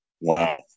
Wow